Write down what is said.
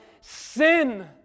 sin